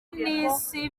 n’isi